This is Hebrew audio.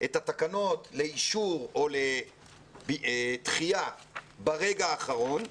את התקנות לאישור או לדחייה ברגע האחרון.